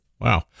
Wow